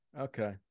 Okay